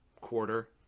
quarter